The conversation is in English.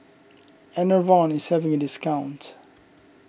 Enervon is having a discount